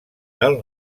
del